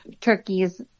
turkeys